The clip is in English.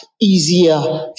easier